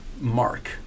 Mark